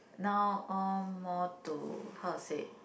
now all more to how to say